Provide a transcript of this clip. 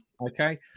okay